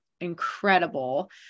incredible